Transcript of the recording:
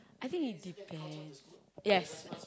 I think it depends yes